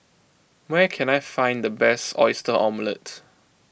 where can I find the best Oyster Omelette